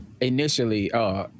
initially